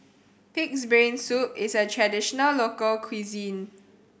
Pig's Brain Soup is a traditional local cuisine